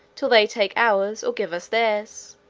till they take ours, or give us theirs.